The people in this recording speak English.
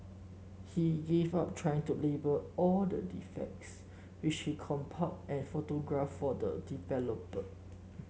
he gave up trying to label all the defects which he compiled and photographed the developer